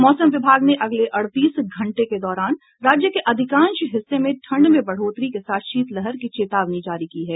मौसम विभाग ने अगले अड़तीस घंटे के दौरान राज्य के अधिकांश हिस्से में ठंड में बढ़ोतरी के साथ शीतलहर की चेतावनी जारी की है